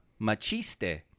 machiste